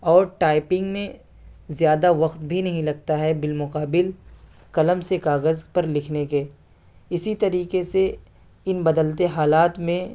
اور ٹائپنگ میں زیادہ وقت بھی نہیں لگتا ہے بالمقابل قلم سے کاغذ پر لکھنے کے اسی طریقے سے ان بدلتے حالات میں